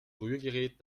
rührgerät